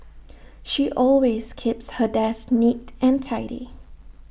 she always keeps her desk neat and tidy